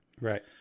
right